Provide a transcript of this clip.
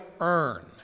earn